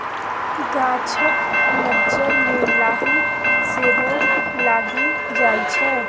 गाछक मज्जर मे लाही सेहो लागि जाइ छै